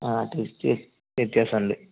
ആ ടേസ്റ്റ് വ്യത്യാസമുണ്ട്